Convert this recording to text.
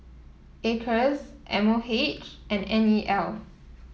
Acres M O H and N E L